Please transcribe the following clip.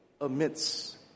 amidst